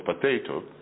potato